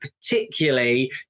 particularly